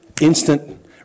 Instant